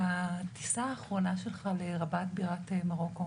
בטיסה האחרונה שלך לרבאט, בירת מרוקו